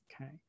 okay